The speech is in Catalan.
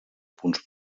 punts